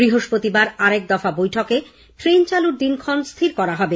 বৃহস্পতিবার আর এক দফা বৈঠকে ট্রেন চালুর দিনক্ষণ স্হির করা হবে